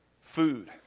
food